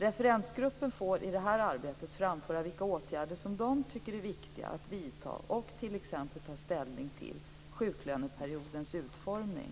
Referensgruppen får i det arbetet framföra vilka åtgärder som de tycker är viktiga att vidta och t.ex. ta ställning till sjuklöneperiodens utformning.